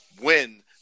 win